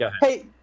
hey